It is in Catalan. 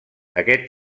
aquest